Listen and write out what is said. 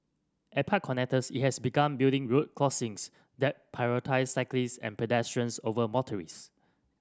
at park connectors it has begun building road crossings that prioritise cyclists and pedestrians over motorist